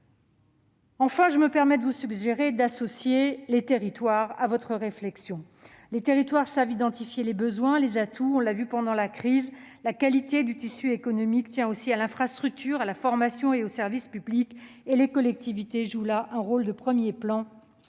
Je me permets de vous suggérer d'associer les territoires à votre réflexion. Ceux-ci savent identifier leurs besoins et leurs atouts, on l'a vu durant la crise. La qualité d'un tissu économique tient aussi à l'infrastructure, à la formation et aux services publics : les collectivités jouent là un rôle de premier plan.